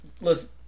listen